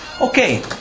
Okay